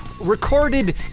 recorded